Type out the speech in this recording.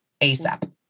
ASAP